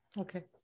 Okay